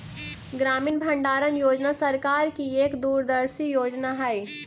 ग्रामीण भंडारण योजना सरकार की एक दूरदर्शी योजना हई